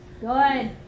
Good